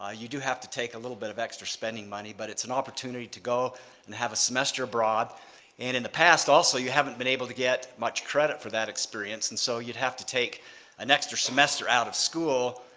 ah you do have to take a little bit of extra spending money, but it's an opportunity to go and have a semester abroad, and in the past also, you haven't been able to get much credit for that experience. and so you'd have to take an extra semester out of school,